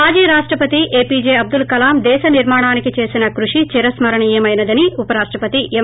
మాజీ రాష్టపతి ఏపీజే అబ్లుల్ కలామ్ దేశ నిర్మాణానికి చేసిన కృషి చిరస్మరణీయమైనదని ఉప రాష్టపతి ఎం